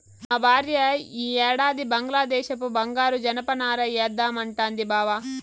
మా భార్య ఈ ఏడాది బంగ్లాదేశపు బంగారు జనపనార ఏద్దామంటాంది బావ